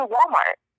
Walmart